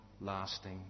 lasting